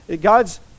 God's